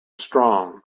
strong